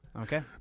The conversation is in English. Okay